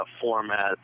format